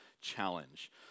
Challenge